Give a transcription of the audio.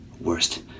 worst